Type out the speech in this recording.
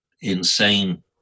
insane